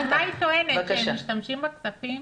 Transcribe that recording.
מה היא טוענת, שהם משתמשים בכספים